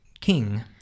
King